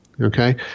Okay